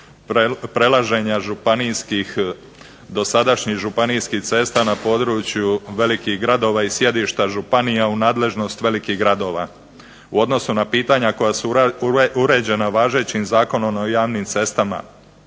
prelaženja županijskih, dosadašnjih županijskih cesta na području velikih gradova i sjedišta županija u nadležnost velikih gradova. U odnosu na pitanja koja su uređena važećim Zakonom o javnim cestama